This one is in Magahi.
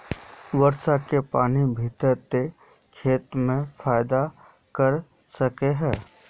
वर्षा के पानी भी ते खेत में फायदा कर सके है?